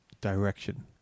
direction